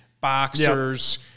boxers